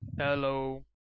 Hello